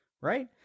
right